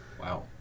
Wow